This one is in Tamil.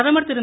பிரதமர் திரு